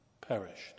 perished